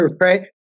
right